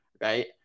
right